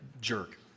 jerk